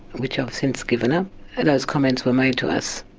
which i've since given up and those comments were made to us.